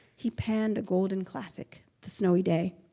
he panned a golden classic the snowy day.